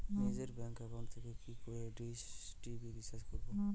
নিজের bank account থেকে কি করে ডিশ টি.ভি রিচার্জ করবো?